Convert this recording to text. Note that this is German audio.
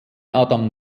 adam